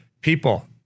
People